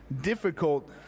Difficult